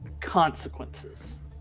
consequences